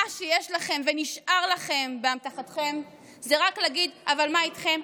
מה שיש לכם ונשאר לכם באמתחתכם זה רק להגיד: אבל מה איתכם?